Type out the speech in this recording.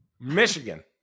Michigan